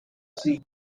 sea